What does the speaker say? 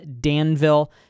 Danville